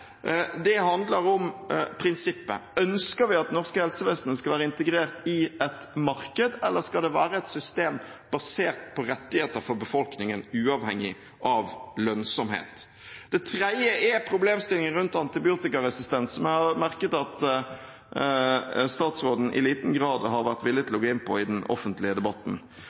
andre handler om prinsippet. Ønsker vi at det norske helsevesenet skal være integrert i et marked, eller skal det være et system basert på rettigheter for befolkningen uavhengig av lønnsomhet? Det tredje er problemstillingen rundt antibiotikaresistens, som jeg har merket meg at statsråden i liten grad har vært villig til å gå inn på i den offentlige debatten.